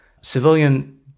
civilian